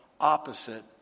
opposite